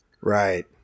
Right